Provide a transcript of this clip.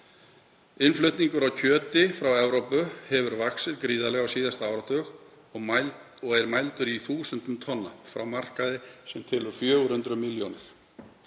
Innflutningur á kjöti frá Evrópu hefur vaxið gríðarlega á síðasta áratug og er mældur í þúsundum tonna frá markaði sem telur 400 milljónir